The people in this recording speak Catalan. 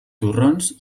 torrons